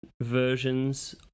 versions